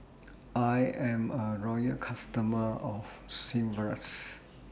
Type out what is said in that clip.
I'm A Loyal customer of Sigvaris